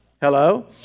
Hello